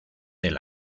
del